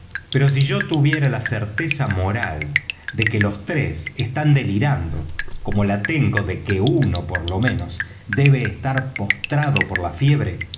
pero si yo tuviera la certeza moral de que los tres están delirando como la tengo de que uno por lo menos debe estar postrado por la fiebre